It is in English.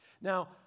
Now